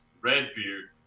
Redbeard